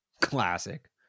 Classic